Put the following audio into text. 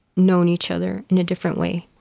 known each other in a different way